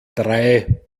drei